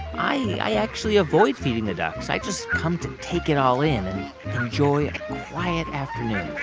i actually avoid feeding the ducks. i just come to take it all in and enjoy a quiet afternoon